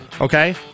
Okay